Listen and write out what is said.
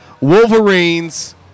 Wolverines